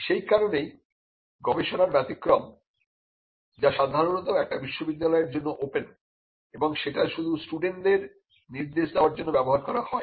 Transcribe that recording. সেই কারণেই গবেষণার ব্যতিক্রম যা সাধারণত একটি বিশ্ববিদ্যালয়ের জন্য ওপেন এবং সেটা শুধু স্টুডেন্টদের নির্দেশ দেওয়ার জন্য ব্যবহার করা যায়